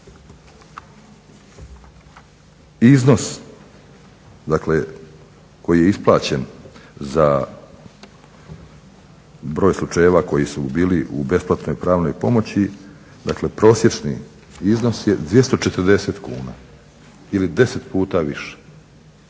dakle koji je isplaćen za broj slučajeva koji su bili u besplatnoj pravnoj pomoći, dakle prosječni iznos je 240 kuna ili 10 puta više.